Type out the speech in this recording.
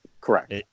Correct